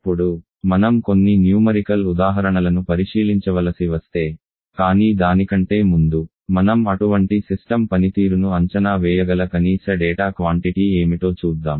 ఇప్పుడు మనం కొన్ని న్యూమరికల్ ఉదాహరణలను పరిశీలించవలసి వస్తే కానీ దానికంటే ముందు మనం అటువంటి సిస్టమ్ పనితీరును అంచనా వేయగల కనీస డేటా క్వాంటిటీ ఏమిటో చూద్దాం